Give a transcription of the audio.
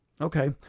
Okay